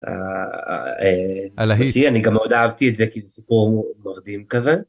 אני גם מאוד אהבתי את זה כי זה סיפור מרדים כזה.